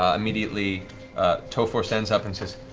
ah immediately tofor stands up and says,